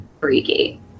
freaky